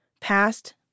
past